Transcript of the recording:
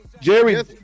Jerry